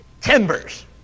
timbers